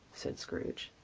said scrooge.